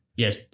Yes